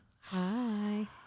Hi